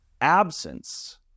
absence